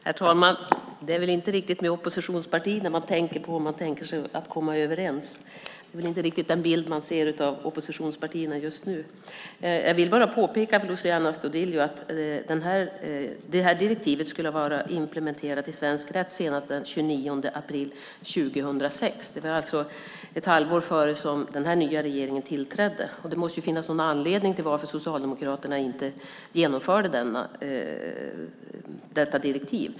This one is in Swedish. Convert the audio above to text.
Herr talman! Det är väl inte riktigt oppositionspartierna man tänker på om man tänker att man ska komma överens. Det är inte riktigt den bilden man ser av oppositionspartierna just nu. Jag vill bara påpeka för Luciano Astudillo att det här direktivet skulle ha varit implementerat i svensk rätt senast den 29 april 2006. Det var alltså ett halvår innan den nya regeringen tillträdde. Det måste finnas någon anledning till att Socialdemokraterna inte genomförde detta direktiv.